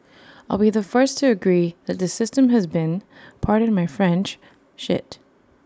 I'll be the first to agree that the system has been pardon my French shit